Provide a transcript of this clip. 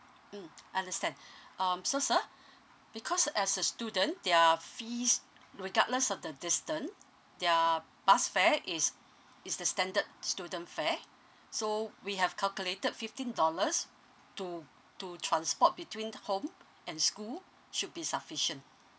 mm understand um so sir because as a student their fees regardless with the distance their bus fare is is the standard student fare so we have calculated fifteen dollars to to transport between home and school should be sufficient